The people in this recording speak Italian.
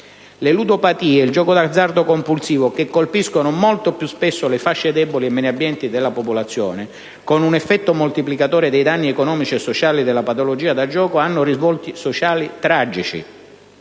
Le ludopatie, il gioco d'azzardo compulsivo, che colpiscono molto più spesso le fasce deboli e meno abbienti della popolazione con un effetto moltiplicatore dei danni economici e sociali della patologia da gioco, hanno risvolti sociali tragici.